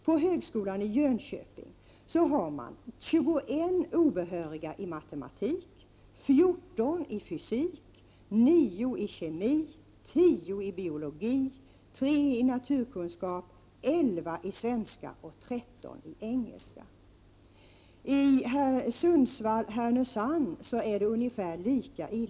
På högskolan i Jönköping har man 21 obehöriga lärare i matematik, 14 i fysik, 9 i kemi, 10 i biologi, 3 i naturkunskap, 11 i svenska och 13 i engelska. På högskolan i Sundsvall/Härnösand är det ungefär lika illa.